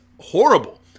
horrible